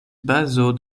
bazo